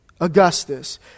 Augustus